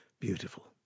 beautiful